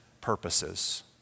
purposes